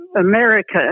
America